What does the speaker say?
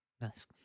Nice